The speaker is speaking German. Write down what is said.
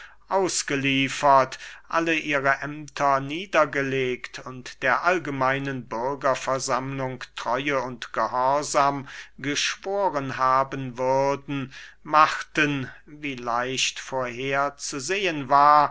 ausgeliefert alle ihre ämter niedergelegt und der allgemeinen bürgerversammlung treue und gehorsam geschworen haben würden machten wie leicht vorher zu sehen war